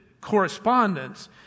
correspondence